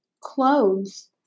Clothes